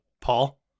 Paul